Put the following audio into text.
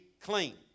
clean